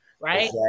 Right